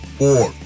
four